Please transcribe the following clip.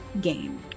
game